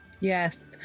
Yes